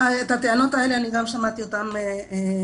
אני גם שמעתי את הטענות האלה היום.